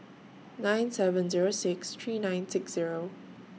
nine seven Zero six three nine six Zero